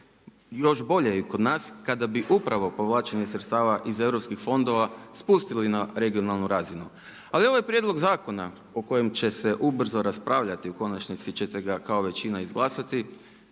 još bolje i kod nas kada bi upravo povlačenje sredstava iz europskih fondova spustili na regionalnu razinu. Ali ovaj prijedlog zakona o kojem će se ubrzo raspravljati, i u konačnici ćete ga kao većina izglasati,